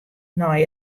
nei